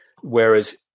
Whereas